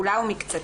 כולה או מקצתה,